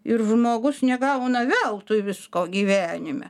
ir žmogus negauna veltui visko gyvenime